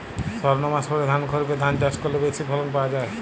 সর্ণমাসুরি ধান খরিপে চাষ করলে বেশি ফলন পাওয়া যায়?